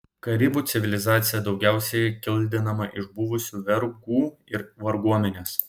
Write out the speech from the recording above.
karibų civilizacija daugiausiai kildinama iš buvusių vergų ir varguomenės